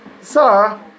Sir